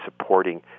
supporting